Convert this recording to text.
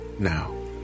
now